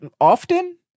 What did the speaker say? often